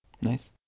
Nice